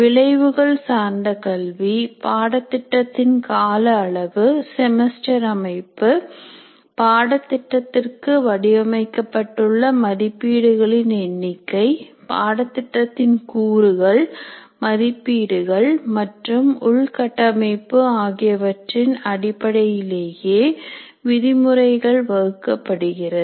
விளைவுகள் சார்ந்த கல்வி பாடத்திட்டத்தின் கால அளவு செமஸ்டர் அமைப்பு பாடத்திட்டத்திற்கு வடிவமைக்கப்பட்டுள்ள மதிப்பீடுகளின் எண்ணிக்கை பாடத்திட்டத்தின் கூறுகள் மதிப்பீடுகள் மற்றும் உள்கட்டமைப்பு ஆகியவற்றின் அடிப்படையிலேயே விதிமுறைகள் வகுக்கப் படுகிறது